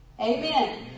Amen